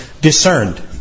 discerned